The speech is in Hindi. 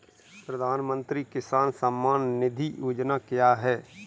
प्रधानमंत्री किसान सम्मान निधि योजना क्या है?